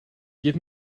give